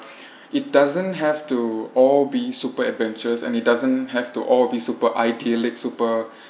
it doesn't have to all be super adventures and it doesn't have to all be super ideally super